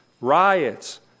riots